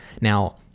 Now